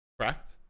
correct